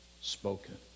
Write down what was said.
spoken